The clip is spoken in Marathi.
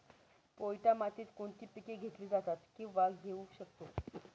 पोयटा मातीत कोणती पिके घेतली जातात, किंवा घेऊ शकतो?